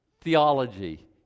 theology